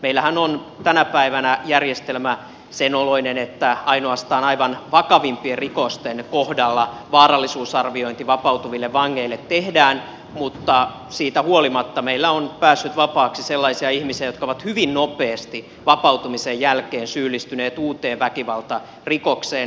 meillähän on tänä päivänä järjestelmä sen oloinen että ainoastaan aivan vakavimpien rikosten kohdalla vaarallisuusarviointi vapautuville vangeille tehdään mutta siitä huolimatta meillä on päässyt vapaaksi sellaisia ihmisiä jotka ovat hyvin nopeasti vapautumisen jälkeen syyllistyneet uuteen väkivaltarikokseen